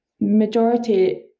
majority